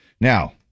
now